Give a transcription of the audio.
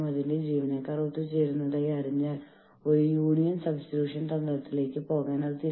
അപ്പോഴാണ് ജീവനക്കാർ ഒത്തുകൂടുകയും അവർ ആശയവിനിമയത്തിലൂടെ അവരുടെ ആവശ്യങ്ങളെക്കുറിച്ച് എന്തെങ്കിലും നടപടിയെടുപ്പിക്കുകയും ചെയ്യുക